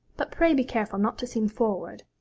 but pray be careful not to seem forward.